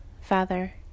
Father